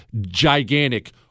gigantic